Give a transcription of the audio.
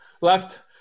left